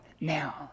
now